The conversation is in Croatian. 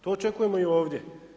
To očekujemo i ovdje.